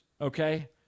okay